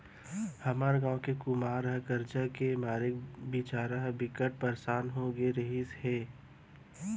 हमर गांव के कुमार ह करजा के मारे बिचारा ह बिकट परसान हो गे रिहिस हे